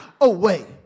away